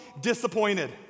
disappointed